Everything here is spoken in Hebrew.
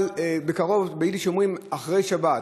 אבל ביידיש אומרים: אחרי שבת.